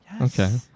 Okay